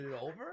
over